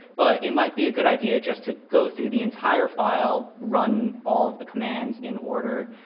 but it might be a good idea just to go through the entire file, run all of the commands in order,